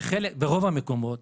ברוב המקומות